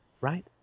right